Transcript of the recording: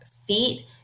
feet